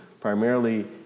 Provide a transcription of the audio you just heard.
primarily